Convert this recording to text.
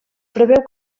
preveu